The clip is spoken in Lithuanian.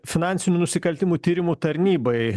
finansinių nusikaltimų tyrimų tarnybai